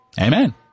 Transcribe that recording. Amen